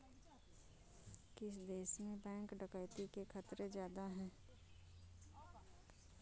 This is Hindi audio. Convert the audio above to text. किस देश में बैंक डकैती के खतरे ज्यादा हैं?